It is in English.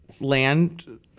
land